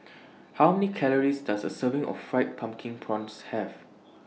How Many Calories Does A Serving of Fried Pumpkin Prawns Have